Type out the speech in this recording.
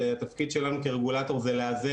נניח שכונה חרדית חדשה